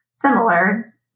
Similar